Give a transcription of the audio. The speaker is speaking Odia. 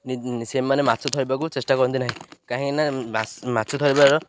ସେମାନେ ମାଛ ଧରିବାକୁ ଚେଷ୍ଟା କରନ୍ତି ନାହିଁ କାହିଁକି ନା ମାଛ ଧରିବାର